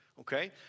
okay